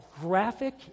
graphic